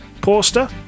poster